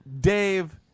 Dave